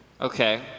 Okay